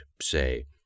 say